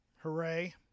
Hooray